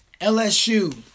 LSU